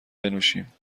بنوشیم